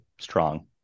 strong